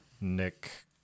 Nick